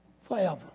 forever